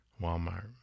Walmart